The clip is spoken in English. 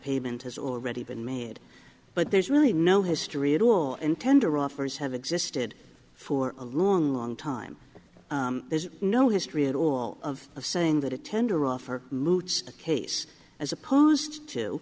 pavement has already been made but there's really no history at all and tender offers have existed for a long long time there is no history at all of a saying that a tender offer a case as opposed to